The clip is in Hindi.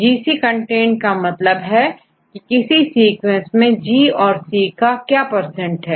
GC कंटेंट का मतलब है कि किसी सीक्वेंस में औरC का क्या पर्सेंट है